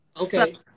Okay